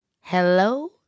Hello